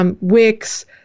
wix